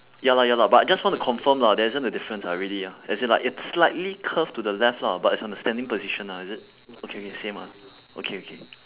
ya lah ya lah but I just want to confirm lah there isn't a difference ah really ah as in like it's slightly curved to the left lah but it's on the standing position lah is it okay same ah okay okay